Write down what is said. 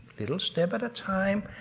little step at a time.